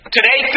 Today